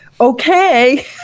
Okay